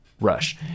Rush